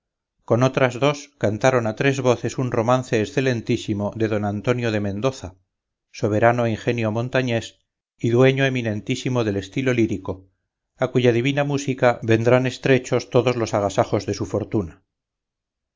con otras dos cantaron a tres voces un romance excelentísimo de don antonio de mendoza soberano ingenio montañés y dueño eminentísimo del estilo lírico a cuya divina música vendrán estrechos todos los agasajos de su fortuna